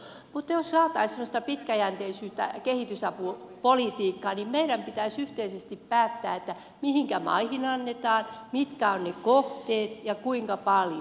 mutta jos saataisiin semmoista pitkäjänteisyyttä kehitysapupolitiikkaan niin meidän pitäisi yhteisesti päättää mihinkä maihin annetaan mitkä ovat ne kohteet ja kuinka paljon